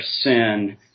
sin